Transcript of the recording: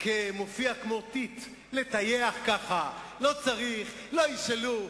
מופיע כמו טיט, לטייח, לא צריך, לא ישאלו,